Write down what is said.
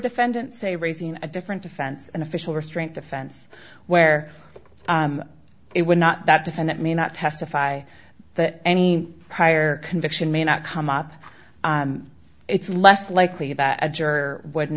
defendant say raising a different defense an official restraint defense where it would not that defendant may not testify that any prior conviction may not come up it's less likely that a juror would